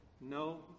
No